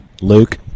Luke